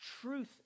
truth